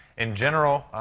in general,